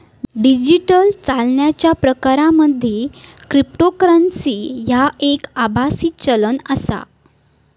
digital चालनाच्या प्रकारांमध्ये cryptocurrency ह्या एक आभासी चलन आसा